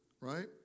right